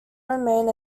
remain